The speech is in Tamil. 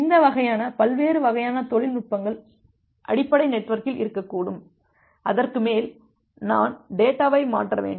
இந்த வகையான பல்வேறு வகையான தொழில்நுட்பங்கள் அடிப்படை நெட்வொர்க்கில் இருக்கக்கூடும் அதற்கு மேல் நான் டேட்டாவை மாற்ற வேண்டும்